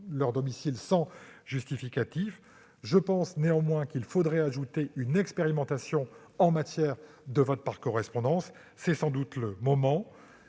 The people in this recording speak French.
leur domicile sans justificatif. Néanmoins, je pense qu'il faudrait ajouter une expérimentation en matière de vote par correspondance ; c'est sans doute le moment.